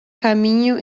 caminho